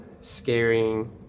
scaring